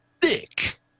Dick